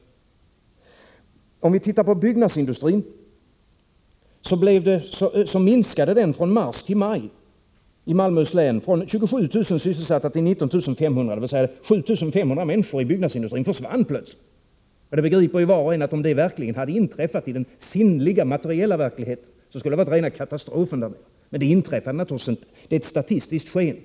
Om vi tittar på statistiken för byggnadsindustrin i Malmöhus län, finner vi att antalet sysselsatta från mars till maj minskade från 27 000 till 19 500, dvs. 7 500 arbetstillfällen i byggnadsindustrin försvann plötsligt. Var och en begriper, att om det verkligen hade inträffat i den sinnliga, den materiella, verkligheten, skulle det ha varit rena katastrofen för oss där nere. Men det inträffade naturligtvis inte. Det är ett statistiskt sken.